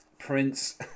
prince